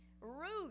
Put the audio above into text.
Ruth